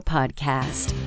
Podcast